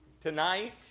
Tonight